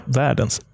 världens